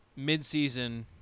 midseason –